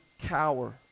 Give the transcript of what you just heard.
cower